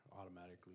automatically